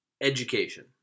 Education